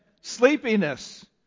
Sleepiness